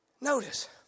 Notice